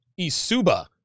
Isuba